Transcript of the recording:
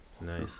Nice